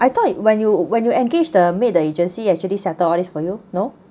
I thought when you when you engage the maid agency actually settle all this for you no